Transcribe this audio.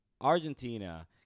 Argentina